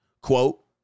Quote